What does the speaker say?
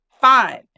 fine